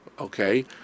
Okay